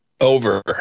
Over